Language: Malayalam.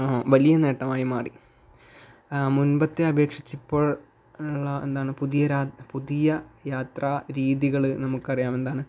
വലിയ നേട്ടമായി മാറി മുൻപത്തെ അപേക്ഷിച്ച് ഇപ്പോൾ എന്താണ് പുതിയ രാ പുതിയ യാത്ര രീതികൾ നമുക്കറിയാവുന്നതാണ്